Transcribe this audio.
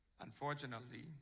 Unfortunately